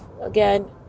Again